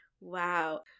Wow